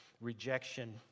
rejection